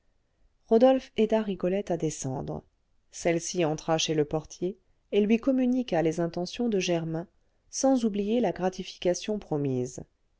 rodolphe aida rigolette à descendre celle-ci entra chez le portier et lui communiqua les intentions de germain sans oublier la gratification promise